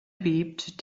bebt